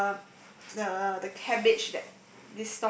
um the the cabbage that